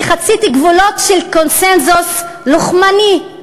אני חציתי גבולות של קונסנזוס לוחמני,